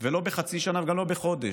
לא בחצי שנה וגם לא בחודש.